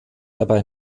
dabei